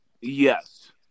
Yes